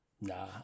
Nah